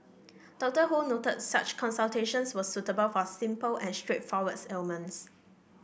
Dr Ho noted that such consultations are suitable for simple and straightforward ailments